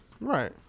Right